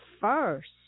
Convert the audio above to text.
first